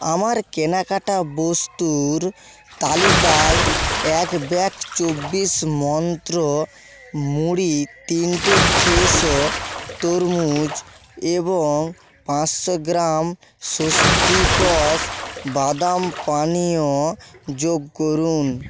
আমার কেনাকাটা বস্তুর তালিকায় এক ব্যাগ চব্বিশ মন্ত্র মুড়ি তিনটে ফ্রেশো তরমুজ এবং পাঁচশো গ্রাম স্বস্তিকস বাদাম পানীয় যোগ করুন